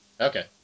Okay